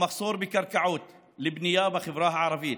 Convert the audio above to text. על המחסור בקרקעות לבנייה בחברה הערבית,